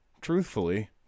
Truthfully